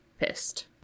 pissed